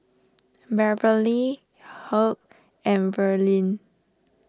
Beverlee Hugh and Verlyn